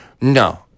No